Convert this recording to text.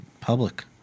public